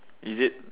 is it